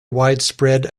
widespread